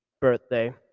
birthday